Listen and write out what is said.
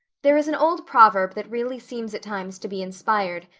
there is an old proverb that really seems at times to be inspired.